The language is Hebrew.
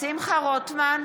שמחה רוטמן,